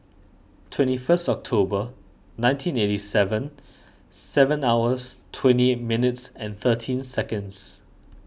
twenty first October nineteen eighty seven seven hours twenty eight minutes and thirteen seconds